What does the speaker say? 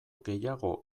gehiago